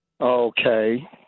Okay